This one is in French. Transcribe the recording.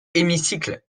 hémicycle